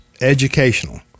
educational